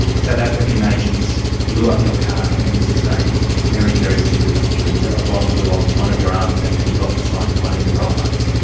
south african agents blew up your car and you sustained very, very serious injuries. ah a bomb blew off one of your arms and and you lost sight in one of your eyes.